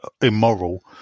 immoral